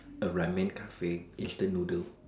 a Ramen Cafe instant noodle